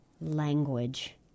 language